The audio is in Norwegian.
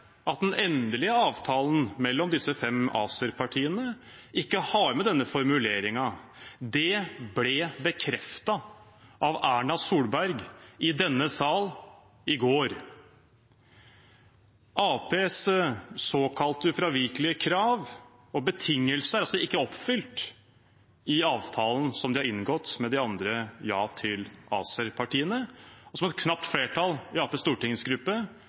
at den endelige avtalen mellom disse fem ACER-partiene ikke har med denne formuleringen. Det ble bekreftet av Erna Solberg i denne salen i går. Arbeiderpartiets såkalte ufravikelige krav og betingelse er altså ikke oppfylt i avtalen som de har inngått med de andre ja-til-ACER-partiene, og som et knapt flertall